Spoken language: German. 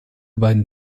beiden